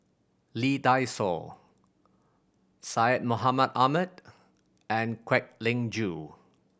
Lee Dai Soh Syed Mohamed Ahmed and Kwek Leng Joo